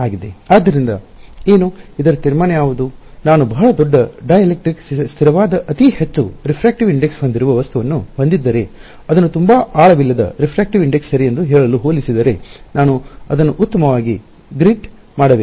ಆದ್ದರಿಂದ ಏನು ಇದರ ತೀರ್ಮಾನ ಯಾವುದು ನಾನು ಬಹಳ ದೊಡ್ಡ ಡೈಎಲೆಕ್ಟ್ರಿಕ್ ಸ್ಥಿರವಾದ ಅತಿ ಹೆಚ್ಚು ವಕ್ರೀಕಾರಕ ಸೂಚಿಯನ್ನು ರಿಫ್ರಾಕ್ಟಿವ್ ಇಂಡೆಕ್ಸ್ ಹೊಂದಿರುವ ವಸ್ತುವನ್ನು ಹೊಂದಿದ್ದರೆ ಅದನ್ನು ತುಂಬಾ ಆಳವಿಲ್ಲದ ವಕ್ರೀಕಾರಕ ಸೂಚ್ಯಂಕವನ್ನು ರಿಫ್ರಾಕ್ಟಿವ್ ಇಂಡೆಕ್ಸ್ ಸರಿ ಎಂದು ಹೇಳಲು ಹೋಲಿಸಿದರೆ ನಾನು ಅದನ್ನು ಉತ್ತಮವಾಗಿ ಗ್ರಿಡ್ ಮಾಡಬೇಕಾಗಿದೆ